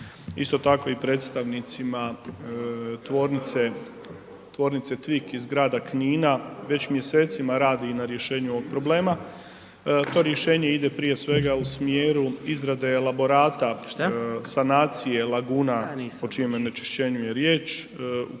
isto tako i predstavnicima tvornice Tvik iz grada Knina već mjesecima radi i na rješenju ovog problema. To rješenje ide prije svega u smjeru izrade elaborata sanacije Laguna, o čijem onečišćenju je riječ. U konačnici